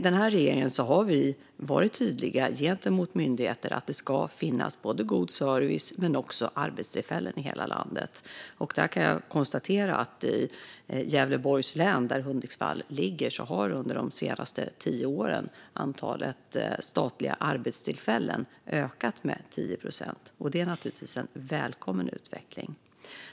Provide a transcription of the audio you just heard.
Den här regeringen har varit tydlig gentemot myndigheter med att det ska finnas både god service och arbetstillfällen i hela landet. Jag kan också konstatera att antalet statliga arbetstillfällen i Gävleborgs län, där Hudiksvall ligger, under de senaste tio åren har ökat med 10 procent. Det är naturligtvis en välkommen utveckling.